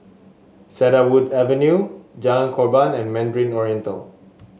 Cedarwood Avenue Jalan Korban and Mandarin Oriental